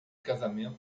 casamento